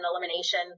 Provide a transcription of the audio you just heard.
elimination